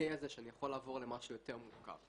האוקיי הזה שאני יכול לעבור למשהו יותר מורכב.